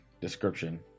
description